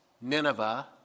Nineveh